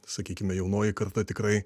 sakykime jaunoji karta tikrai